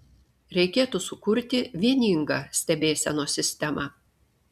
reikėtų sukurti vieningą stebėsenos sistemą